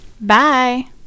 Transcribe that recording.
Bye